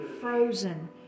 frozen